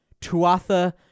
Tuatha